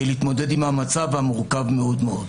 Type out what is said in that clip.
להתמודד עם המצב המורכב מאוד, מאוד.